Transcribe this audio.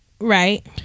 Right